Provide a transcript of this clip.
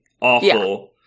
awful